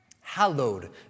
hallowed